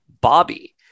Bobby